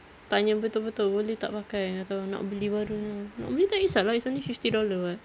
tanya betul-betul boleh tak pakai atau nak beli baru nak beli tak kesah lah it's only fifty dollar [what]